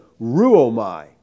ruomai